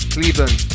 Cleveland